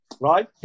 right